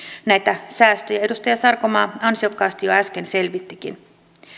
näitä säästöjä edustaja sarkomaa ansiokkaasti jo äsken selvittikin